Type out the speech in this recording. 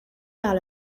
par